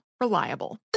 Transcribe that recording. reliable